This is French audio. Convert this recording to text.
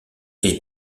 est